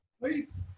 Please